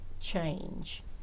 change